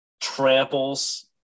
tramples –